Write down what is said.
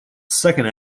second